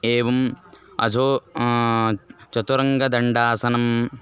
एवम् अजो चतुरङ्गदण्डासनम्